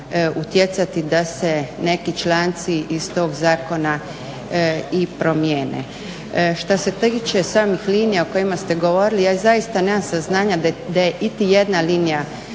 da se neki članci iz tog zakona i promijene. Što se tiče samih linija o kojima ste govorili, ja zaista nemam saznanja da je iti jedna linija